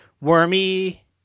Wormy